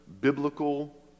biblical